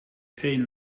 een